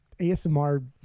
asmr